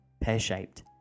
pear-shaped